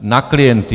Na klienty.